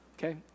Okay